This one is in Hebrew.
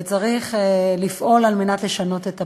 וצריך לפעול על מנת לשנות את הפער,